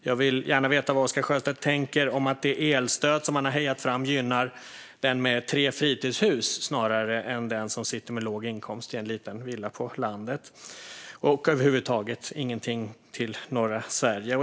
Jag vill gärna veta vad Oscar Sjöstedt tänker om att det elstöd han har hejat fram gynnar den med tre fritidshus snarare än den som sitter med låg inkomst i en liten villa på landet - och över huvud taget ingenting till norra Sverige.